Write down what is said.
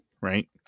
right